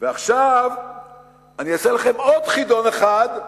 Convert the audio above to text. עכשיו אני אעשה לכם עוד חידון אחד,